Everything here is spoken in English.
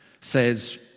says